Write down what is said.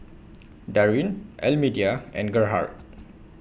Darrin Almedia and Gerhard